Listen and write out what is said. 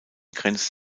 grenzt